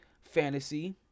Fantasy